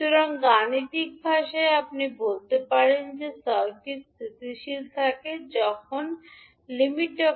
সুতরাং গাণিতিক ভাষায় আপনি বলতে পারেন যে সার্কিট স্থিতিশীল থাকে যখন lim